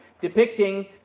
depicting